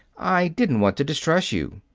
i didn't want to distress you.